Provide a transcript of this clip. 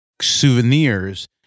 Souvenirs